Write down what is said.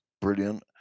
brilliant